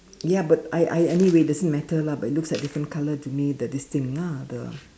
ya but I I anyway it doesn't matter lah but it looks like different color do need the this thing lah the